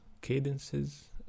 cadences